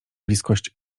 bliskość